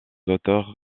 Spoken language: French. auteurs